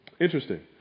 Interesting